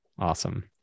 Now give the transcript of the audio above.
Awesome